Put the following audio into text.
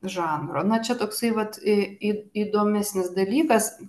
žanro na čia toksai vat į įdomesnis dalykas